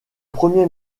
premier